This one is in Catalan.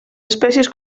espècies